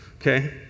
Okay